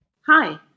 Hi